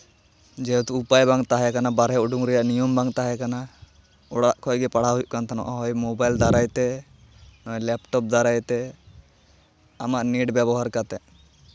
ᱡᱮᱦᱮᱛᱩ ᱯᱟᱭ ᱵᱟᱝ ᱛᱟᱦᱮᱸ ᱠᱟᱱᱟ ᱵᱟᱦᱨᱮ ᱩᱰᱩᱠ ᱨᱮᱭᱟᱜ ᱱᱤᱭᱚᱢ ᱵᱟᱝ ᱛᱟᱦᱮᱸ ᱠᱟᱱᱟ ᱚᱲᱟᱜ ᱠᱷᱚᱱᱜᱮ ᱯᱟᱲᱦᱟᱜ ᱦᱩᱭᱩᱜ ᱠᱟᱱ ᱛᱟᱦᱮᱱᱚᱜᱼᱟ ᱦᱳᱭ ᱢᱳᱵᱟᱭᱤᱞ ᱫᱟᱨᱟᱭ ᱛᱮ ᱞᱮᱯᱴᱚᱯ ᱫᱟᱨᱟᱭ ᱛᱮ ᱟᱢᱟᱜ ᱱᱮᱴ ᱵᱮᱵᱚᱦᱟᱨ ᱠᱟᱛᱮᱫ